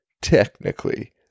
technically